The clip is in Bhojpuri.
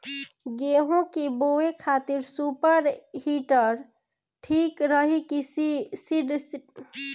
गेहूँ की बोआई खातिर सुपर सीडर ठीक रही की सीड ड्रिल मशीन?